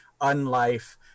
unlife